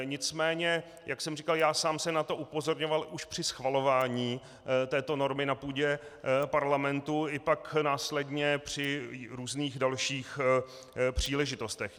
Nicméně jak jsem říkal, já sám jsem na to upozorňoval už při schvalování této normy na půdě Parlamentu i pak následně při různých dalších příležitostech.